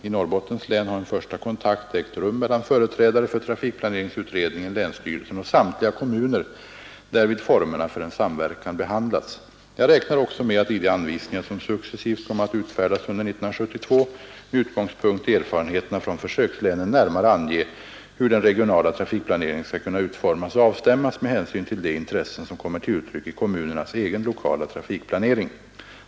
I Norrbottens län har en första kontakt ägt rum mellan företrädare för trafikplaneringsutredningen, länsstyrelsen och samtliga kommuner, därvid formerna för en samverkan behandlats. Jag räknar också med att i de anvisningar som successivt kommer att utfärdas under 1972 med utgångspunkt i erfarenheterna från försökslänen närmare ange hur den regionala trafikplaneringen skall kunna utformas och avstämmas med hänsyn till de intressen som kommer till uttryck i kommunernas egen lokala trafikplanering.